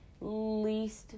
least